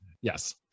Yes